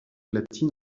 latine